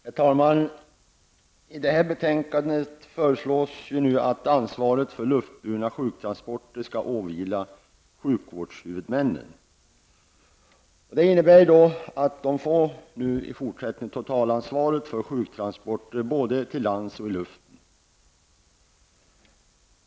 Herr talman! I detta betänkande föreslås nu att ansvaret för luftburna sjuktransporter skall åvila sjukvårdshuvudmännen. Det innebär att dessa nu får totalansvaret för sjuktransporterna både till lands och i luften.